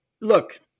look